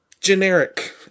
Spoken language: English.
generic